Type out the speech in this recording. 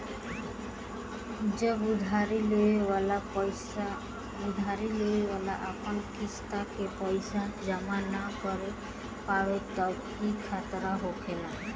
जब उधारी लेवे वाला अपन किस्त के पैसा जमा न कर पावेला तब ई खतरा होखेला